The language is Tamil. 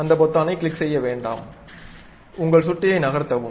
எந்த பொத்தானையும் கிளிக் செய்ய வேண்டாம் உங்கள் சுட்டியை நகர்த்தவும்